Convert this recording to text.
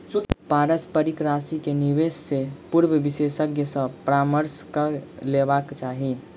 पारस्परिक राशि के निवेश से पूर्व विशेषज्ञ सॅ परामर्श कअ लेबाक चाही